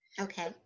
Okay